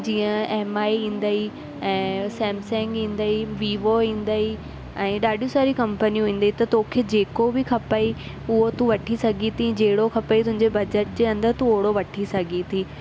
जीअं M I ईंदई ऐं सैमसंग ईंदई वीवो ईंदई ऐं ॾाढियूं सारियूं कंपनियूं ईंदई त तोखे जेको बि खपई उहो तू वठी सघे थी जहिड़ो खपे ई तुंहिंजे बजट जे अंदरि तू ओहिड़ो वठी सघे थी